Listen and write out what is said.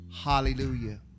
Hallelujah